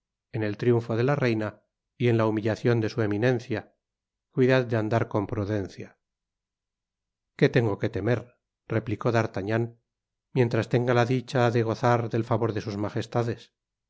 en el triunfo de la reina y en la humillacion de su eminencia cuidad de andar con prudencia qué tengo que temer replicó d'artagnan mientras tenga la dicha de gozar del favor de sus magestades